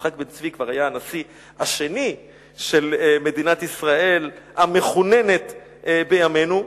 יצחק בן-צבי כבר היה הנשיא השני של מדינת ישראל המכוננת בימינו.